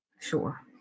Sure